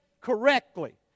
correctly